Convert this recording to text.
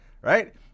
right